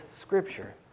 Scripture